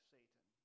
Satan